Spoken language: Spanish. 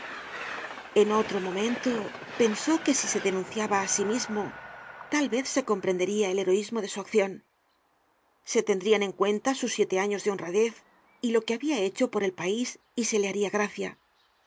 en otro momento pensó que si se denunciaba á sí mismo tal vez se comprenderia el heroismo de su accion se tendrian en cuenta sus siete años de honradez y lo que habia hecho por el pais y se le haria gracia